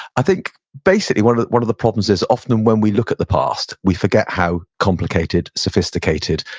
i think basically, one of one of the problems is often when we look at the past, we forget how complicated, sophisticated,